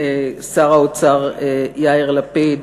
שר האוצר יאיר לפיד,